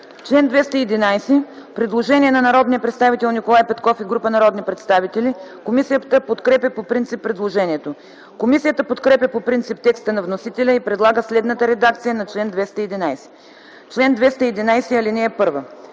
§ 17 има предложение на народния представител Николай Петков и група народни представители. Комисията подкрепя по принцип предложението. Комисията подкрепя по принцип текста на вносителя и предлага следната редакция на § 17: „§ 17. В срок от